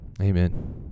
Amen